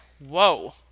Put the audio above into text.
whoa